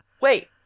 Wait